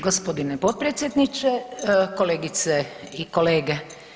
G. potpredsjedniče, kolegice i kolege.